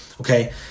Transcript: okay